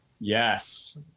Yes